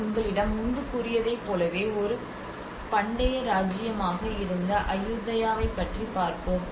நான் உங்களிடம் முன்பு கூறியதை போலவே ஒரு பண்டைய இராச்சியமாக இருந்த அயுதாயாவைப் பற்றி பார்ப்போம்